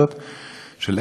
של ארץ-ישראל.